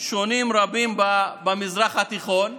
שונים רבים במזרח התיכון,